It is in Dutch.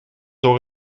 door